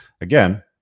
again